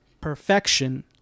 perfection